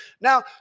now